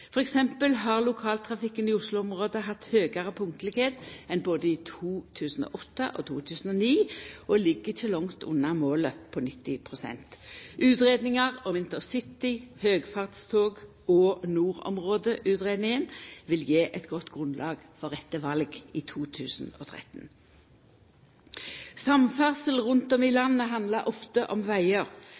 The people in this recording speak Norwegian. eksempel har lokaltrafikken i Oslo-området hatt høgare punktlegheit enn både i 2008 og 2009, og ligg ikkje langt under målet på 90 pst. Utgreiingar om intercity- og høgfartstog og nordområdeutgreiinga vil gje eit godt grunnlag for rette val i 2013. Samferdsel rundt om i landet handlar ofte om vegar.